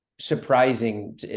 surprising